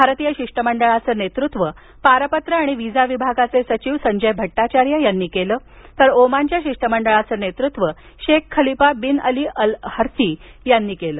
भारतीय शिष्टमंडळाचं नेतृत्व पारपत्र आणि व्हीसा विभागाचे सचिव संजय भट्टाचार्य यांनी केलं तर ओमानच्या शिष्टमंडळाचं नेतृत्व Sheikh Khalifa bin Ali Al Harthi यांनी केलं